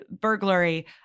burglary